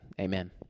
amen